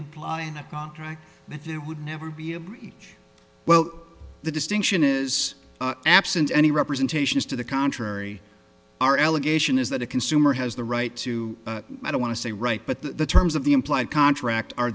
imply in a contract that it would never be a week well the distinction is absent any representations to the contrary are allegation is that a consumer has the right to i don't want to say right but the terms of the implied contract